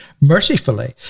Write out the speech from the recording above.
mercifully